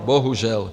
Bohužel.